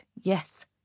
yes